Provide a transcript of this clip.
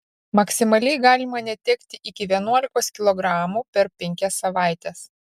maksimaliai galima netekti iki vienuolikos kilogramų per penkias savaites